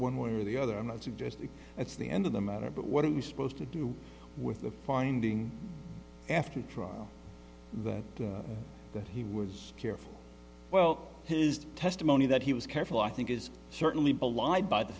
one way or the other i'm not suggesting that's the end of the matter but what are you supposed to do with the finding after the trial that he was careful well his testimony that he was careful i think is certainly belied by the